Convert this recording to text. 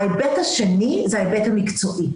ההיבט השני זה ההיבט המקצועי.